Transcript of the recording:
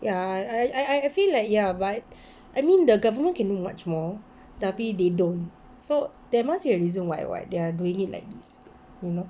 ya I I feel like ya but I mean the government can do much more tapi they don't so there must be a reason why why they're doing it like you know